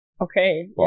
Okay